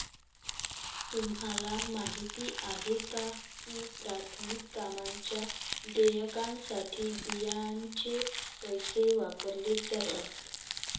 तुम्हाला माहिती आहे का की प्राथमिक कामांच्या देयकासाठी बियांचे पैसे वापरले जातात?